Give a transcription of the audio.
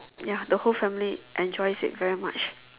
ya the whole family enjoyed it very much